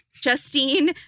Justine